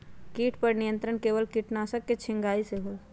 किट पर नियंत्रण केवल किटनाशक के छिंगहाई से होल?